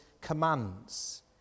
commands